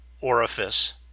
orifice